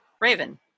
Raven